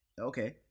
Okay